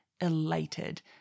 elated